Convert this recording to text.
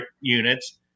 units